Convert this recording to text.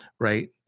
Right